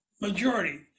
majority